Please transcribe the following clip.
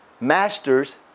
masters